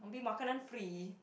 abeh makanan free